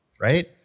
Right